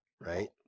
right